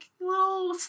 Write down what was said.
little